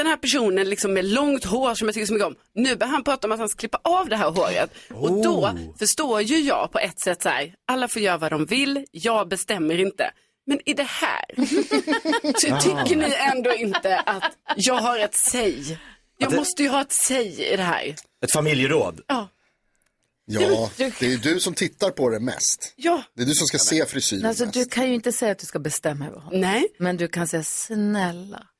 Den här personen liksom med långt hår som jag tycker så mycket om, nu börjar han prata om att han ska klippa av det här håret. Och då Oh. förstår ju jag på ett sätt så här, alla får göra vad de vill, jag bestämmer inte. Men i det här, så tycker Ah. ni ändå inte att jag har ett säg? Jag Att det- måste ju ha ett säg i det här. Ett familjeråd? Ja. Ja, Du- det är ju du som tittar på det mest. Ja. Det är du som ska Ja, men- se frisyren Men alltså, du mest. kan ju inte säga att du ska bestämma över honom. Nej. Men du kan säga, snälla.